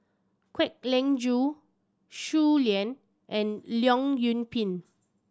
Kwek Leng Joo Shui Lan and Leong Yoon Pin